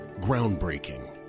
Groundbreaking